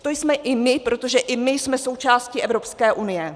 To jsme i my, protože i my jsme součástí Evropské unie.